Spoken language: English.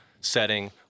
setting